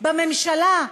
בממשלה,